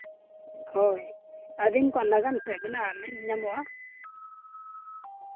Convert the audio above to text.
ᱦᱳᱭ ᱟᱹᱫᱤᱢ ᱠᱚᱣᱟᱜ ᱱᱟᱜᱟᱢ ᱪᱮᱫ ᱢᱮᱱᱟᱜᱼᱟ ᱢᱮᱱ ᱧᱟᱢᱚᱜᱼᱟ